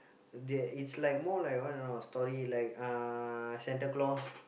that it's like more like what you know story like ah Santa-Claus